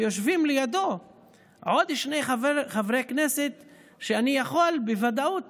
שיושבים לידו עוד שני חברי כנסת שאני יכול בוודאות